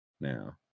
now